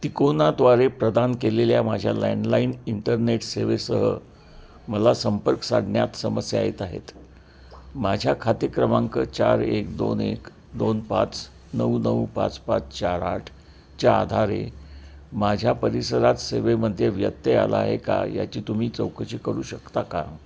तिकोनाद्वारे प्रदान केलेल्या माझ्या लँडलाइन इंटरनेट सेवेसह मला संपर्क साधण्यात समस्या येत आहेत माझ्या खाते क्रमांक चार एक दोन एक दोन पाच नऊ नऊ पाच पाच चार आठच्या आधारे माझ्या परिसरात सेवेमध्ये व्यत्यय आला आहे का याची तुम्ही चौकशी करू शकता का